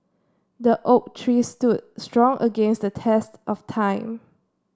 the oak tree stood strong against the test of time